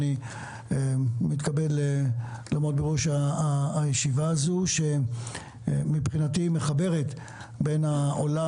אני מתכבד לעמוד בראש הישיבה הזו שמבחינתי היא מחברת בין העולם